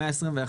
במאה -21,